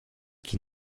qui